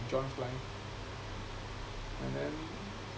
joined flying and then